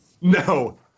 no